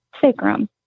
sacrum